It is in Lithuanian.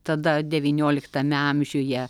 tada devynioliktame amžiuje